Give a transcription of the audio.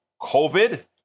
COVID